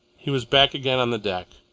he was back again on the deck,